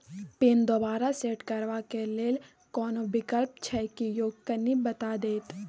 Pin दोबारा set करबा के लेल कोनो विकल्प छै की यो कनी बता देत?